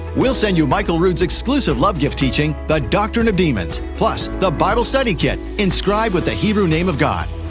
we'll send you michael rood's exclusive love gift teaching, the doctrine of demons, plus the bible study kit, inscribed with the hebrew name of god.